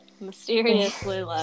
Mysteriously